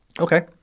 Okay